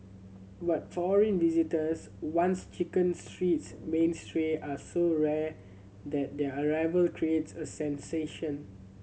but foreign visitors once Chicken Street's mainstay are so rare that their arrival creates a sensation